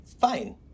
fine